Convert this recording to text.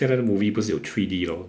现在的 movie 不是有 three D lor